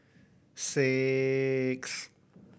six